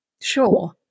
Sure